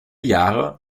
jahre